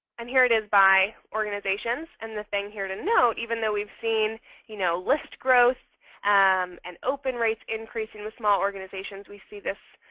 and here it is by organizations. and the thing here to note, even though we've seen you know list growth um and open rates increasing with small organizations, we see